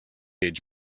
age